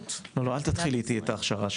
לא, אל תתחילי איתי את ההכשרה.